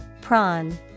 Prawn